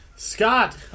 Scott